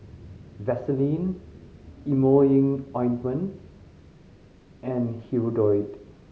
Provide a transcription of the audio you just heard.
Vaselin Emulsying Ointment and Hirudoid